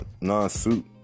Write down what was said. non-suit